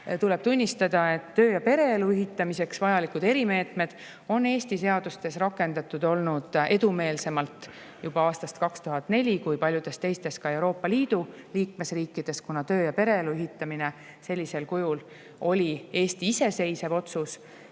Tuleb tunnistada, et töö‑ ja pereelu ühitamiseks vajalikud erimeetmed on Eesti seadustes rakendatud olnud edumeelsemalt – juba aastast 2004 – kui paljudes teistes [riikides], ka Euroopa Liidu liikmesriikides, kuna töö‑ ja pereelu ühitamine sellisel kujul oli Eesti iseseisev otsus.